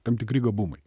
tam tikri gabumai